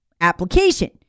application